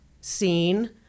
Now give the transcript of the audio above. seen